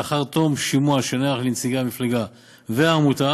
לאחר תום שימוע שנערך לנציגי המפלגה והעמותה